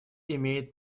имеет